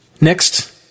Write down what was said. Next